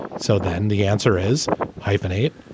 so then the answer is hyphenate.